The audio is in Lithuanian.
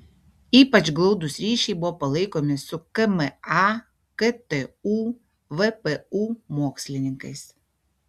ypač glaudūs ryšiai buvo palaikomi su kma ktu vpu mokslininkais